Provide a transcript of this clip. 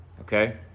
Okay